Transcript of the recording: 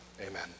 Amen